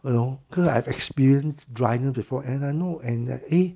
you know cause I've experienced dryness before and I know and I eh